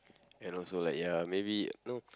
can also like ya maybe you know